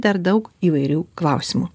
dar daug įvairių klausimų